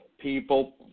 People